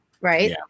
right